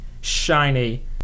shiny